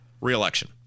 reelection